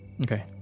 Okay